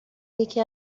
یکی